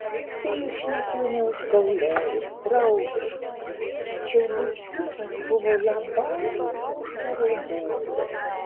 pijus šnekėjo ne užgauliai draugiškai tačiau butkiukas buvo labai uždaro būdo